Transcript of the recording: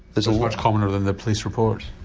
it's much commoner than the police report?